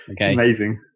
Amazing